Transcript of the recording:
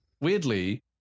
weirdly